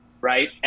right